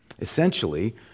Essentially